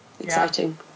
Exciting